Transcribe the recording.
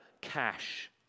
cash